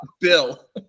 Bill